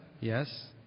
Yes